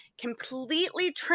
completely